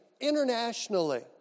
internationally